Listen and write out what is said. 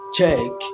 Check